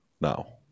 now